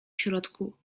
środku